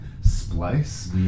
Splice